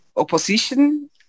opposition